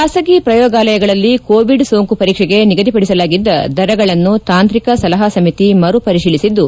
ಖಾಸಗಿ ಪ್ರಯೋಗಾಲಯಗಳಲ್ಲಿ ಕೋವಿಡ್ ಸೋಂಕು ಪರೀಕ್ಷೆಗೆ ನಿಗದಿಪಡಿಸಲಾಗಿದ್ದ ದರಗಳನ್ನು ತಾಂತ್ರಿಕ ಸಲಹಾ ಸಮಿತಿ ಮರುಪರಿತೀಲಿಸಿದ್ದು